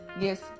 Yes